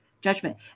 judgment